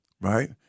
right